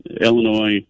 Illinois